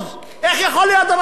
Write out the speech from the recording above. איך יכול להיות דבר כזה?